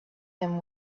him